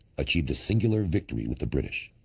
achieved a singular victory with the british.